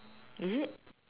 is it